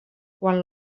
quan